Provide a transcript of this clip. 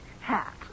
hat